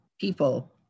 people